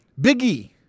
Biggie